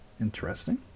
Interesting